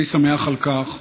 אני שמח על כך.